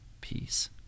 peace